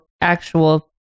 actual